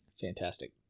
Fantastic